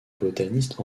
botaniste